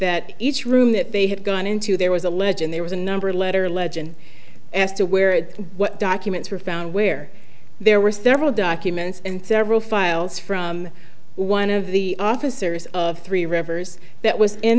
that each room that they had gone into there was a ledge and there was a number letter legend as to where what documents were found where there were several documents and several files from one of the officers of three rivers that was in